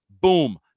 Boom